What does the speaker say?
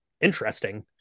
interesting